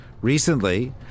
Recently